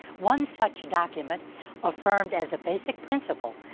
one such document affirmed as a basic principle,